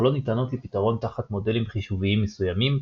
לא ניתנות לפתרון תחת מודלים חישוביים מסוימים,